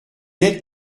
n’êtes